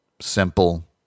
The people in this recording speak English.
simple